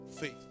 faith